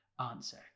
answer